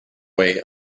way